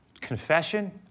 confession